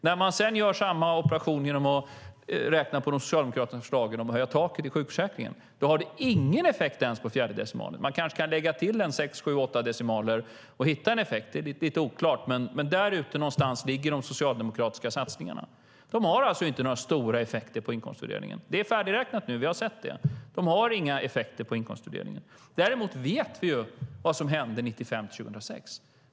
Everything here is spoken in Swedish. När man sedan gör samma operation genom att räkna på de socialdemokratiska förslagen om att höja taken i sjukförsäkringen har det ingen effekt ens på den fjärde decimalen. Man kanske kan lägga till sex, sju eller åtta decimaler och hitta en effekt. Det är lite oklart, men där någonstans ligger de socialdemokratiska satsningarna. De har alltså inte några stora effekter på inkomstfördelningen. Det är färdigräknat nu. Vi har sett det. Detta har inga effekter på inkomstfördelningen. Däremot vet vi vad som hände 1995-2006.